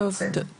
(היו"ר ענבר בזק) טוב,